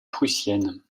prussienne